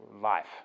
life